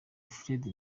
fred